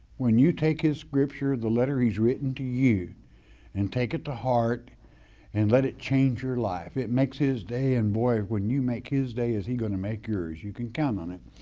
when you take his scripture, the letter he's written to you and take it to heart and let it change your life. it makes his day and boy, when you make his day, is he gonna make yours? you can count on him.